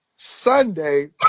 Sunday